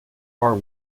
far